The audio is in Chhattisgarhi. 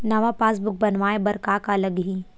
नवा पासबुक बनवाय बर का का लगही?